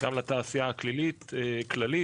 גם לתעשייה הכללית.